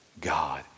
God